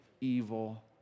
evil